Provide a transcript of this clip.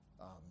amen